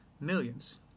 Millions